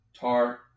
Tar